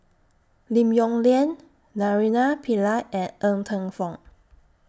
Lim Yong Liang Naraina Pillai and Ng Teng Fong